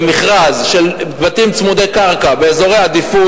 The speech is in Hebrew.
במכרז של בתים צמודי קרקע באזורי עדיפות,